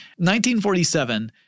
1947